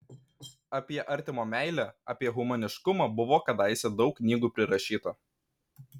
apie artimo meilę apie humaniškumą buvo kadaise daug knygų prirašyta